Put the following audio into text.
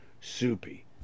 Soupy